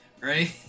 right